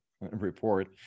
report